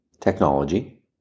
technology